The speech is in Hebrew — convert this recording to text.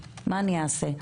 מה אני אעשה,